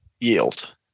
yield